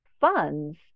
funds